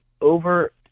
over